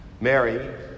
Mary